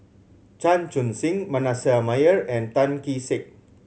Chan Chun Sing Manasseh Meyer and Tan Kee Sek